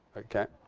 ok.